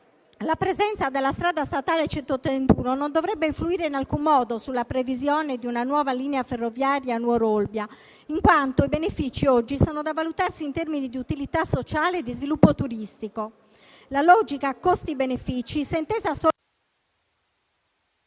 la presenza della strada statale 131 non dovrebbe influire in alcun modo sulla previsione di una nuova linea ferroviaria Nuoro-Olbia, in quanto i benefici oggi sono da valutarsi in termini di utilità sociale e di sviluppo turistico. La logica costi-benefici, se intesa solo